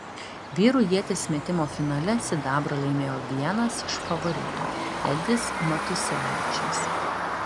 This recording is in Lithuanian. vyrų ieties metimo finale sidabrą laimėjo vienas iš favoritų edis matusevičius